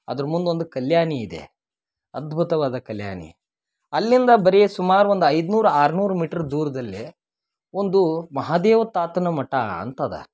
ಅದ್ರ ಮುಂದೊಂದು ಕಲ್ಯಾಣಿ ಇದೆ ಅದ್ಭುತವಾದ ಕಲ್ಯಾಣಿ ಅಲ್ಲಿಂದ ಬರೀ ಸುಮಾರು ಒಂದು ಐದ್ನೂರು ಆರ್ನೂರು ಮೀಟ್ರ್ ದೂರದಲ್ಲಿ ಒಂದು ಮಹಾದೇವ ತಾತನ ಮಠ ಅಂತದ